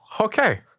Okay